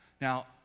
Now